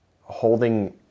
holding